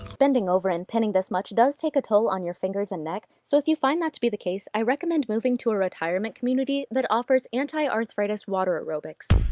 bending over and pinning this much does take a toll on your fingers and neck, so if you find that to be the case, i recommend moving to a retirement community that offers anti-arthritis water aerobics.